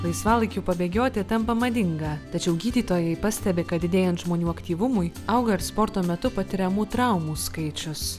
laisvalaikiu pabėgioti tampa madinga tačiau gydytojai pastebi kad didėjant žmonių aktyvumui auga ir sporto metu patiriamų traumų skaičius